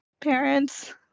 parents